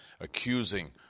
accusing